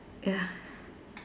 ya